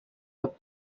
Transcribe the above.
the